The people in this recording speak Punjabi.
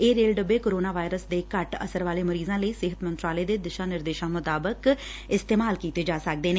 ਇਹ ਰੇਲ ਡੱਬੇ ਕੋਰੋਨਾ ਵਾਇਰਸ ਦੇ ਘੱਟ ਅਸਰ ਵਾਲੇ ਮਰੀਜ਼ਾਂ ਲਈ ਸਿਹਤ ਮੰਤਰਾਲੇ ਦੇ ਦਿਸ਼ਾ ਨਿਰਦੇਸ਼ਾਂ ਮੁਤਾਬਿਕ ਇਸਤੇਮਾਲ ਕੀਤੇ ਜਾ ਸਕਦੇ ਨੇ